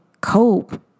cope